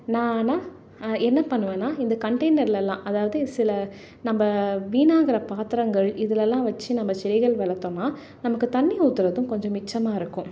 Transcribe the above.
நான் ஆனால் என்ன பண்ணுவேன்னால் இந்த கண்ட்டெயினர்லெலாம் அதாவது சில நம்ம வீணாகிற பாத்திரங்கள் இதுலெலாம் வச்சு நம்ம செடிகள் வளர்த்தோம்னா நமக்கு தண்ணி ஊற்றுறதும் கொஞ்சம் மிச்சமாக இருக்கும்